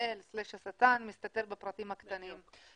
האל סלאש השטן מסתתר בפרטים הקטנים.